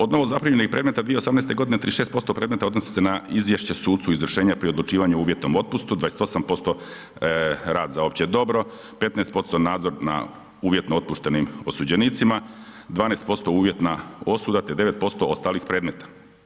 Od novozaprimljenih predmeta 2018. g. 36% predmeta odnosi se na izvješće sucu o izvršenju pri odlučivanju o uvjetnom otpustu, 28% rad za opće dobro, 15% nadzor nad uvjetnom otpuštenim osuđenicima, 12% uvjetna osuda te 9% ostalih predmeta.